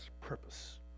purpose